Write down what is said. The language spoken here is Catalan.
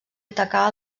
atacar